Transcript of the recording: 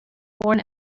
born